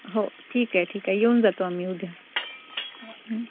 हो ठीक आहे ठीक आहे येऊन जातो आम्ही उद्या